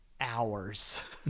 hours